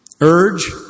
urge